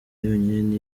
yonyine